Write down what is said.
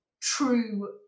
true